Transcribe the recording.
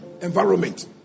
environment